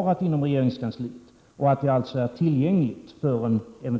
skapat i Norrlandslänen med dessa 570-600 milj.kr.? 3.